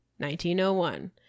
1901